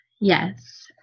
Yes